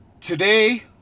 Today